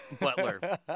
butler